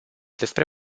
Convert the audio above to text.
despre